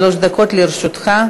שלוש דקות לרשותך.